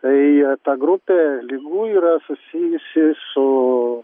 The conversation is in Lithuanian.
tai ta grupė ligų yra susijusi su